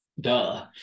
duh